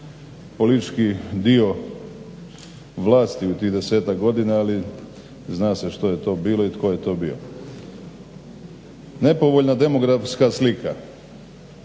politički dio vlasti u tih desetak godina ali zna se što je to bilo i tko je to bio. Nepovoljna demografska slika,